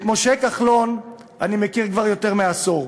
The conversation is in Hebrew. את משה כחלון אני מכיר כבר יותר מעשור,